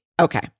Okay